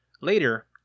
Later